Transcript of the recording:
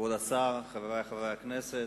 כבוד השר, חברי חברי הכנסת,